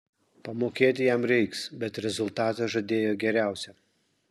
pamokėt jam reiks bet rezultatą žadėjo geriausią